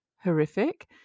Horrific